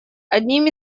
одним